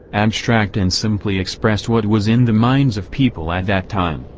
abstract and simply expressed what was in the minds of people at that time,